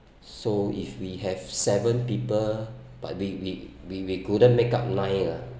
so if we have seven people but we we we we couldn't makeup nine ah